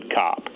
cop